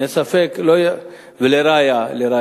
אין ספק, לראיה,